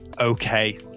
okay